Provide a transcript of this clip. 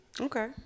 Okay